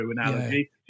analogy